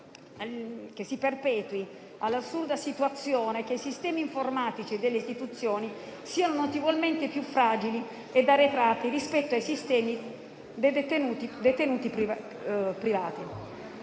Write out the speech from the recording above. che si perpetui l'assurda situazione che i sistemi informatici delle istituzioni siano notevolmente più fragili e arretrati rispetto ai sistemi detenuti dai privati.